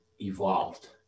evolved